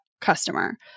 customer